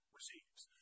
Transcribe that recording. receives